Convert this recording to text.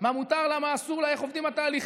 מה מותר לה, מה אסור לה, איך עובדים התהליכים,